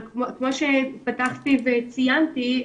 אבל כמו שפתחתי וציינתי,